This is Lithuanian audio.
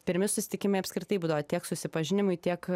pirmi susitikimai apskritai būdavo tiek susipažinimui tiek